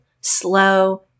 slow